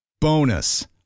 Bonus